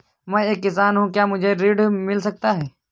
मैं एक किसान हूँ क्या मुझे ऋण मिल सकता है?